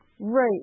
right